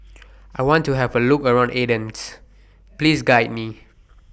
I want to Have A Look around Athens Please Guide Me